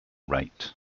rate